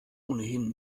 ohnehin